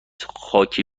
خاکی